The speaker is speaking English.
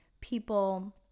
people